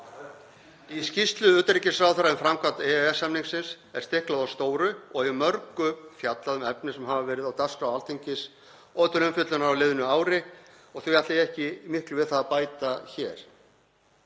Í skýrslu utanríkisráðherra um framkvæmd EES-samningsins er stiklað á stóru og í mörgu fjallað um efni sem hafa verið á dagskrá Alþingis og til umfjöllunar á liðnu ári og því ætla ég ekki miklu við það að bæta hér.